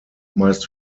meist